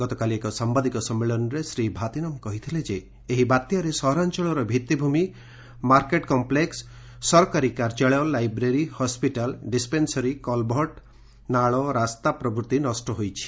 ଗତକାଲି ଏକ ସାମ୍ଘାଦିକ ସମ୍ମିଳନୀରେ ଶ୍ରୀ ଭାତନମ୍ କହିଥିଲେ ଯେ ଏହି ବାତ୍ୟାରେ ସହରାଂଚଳର ଭିତିଭ୍ରମି ମାକେଟ କମ୍ମେକ୍ ସରକାରୀ କାର୍ଯ୍ୟାଳୟ ଲବ୍ରେରୀ ହସପିଟାଲ ଡିସପେନସରୀ କଲଭର୍ଟ ନାଳ ରାସ୍ତା ନଷ୍ଟ ହୋଇଛି